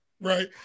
right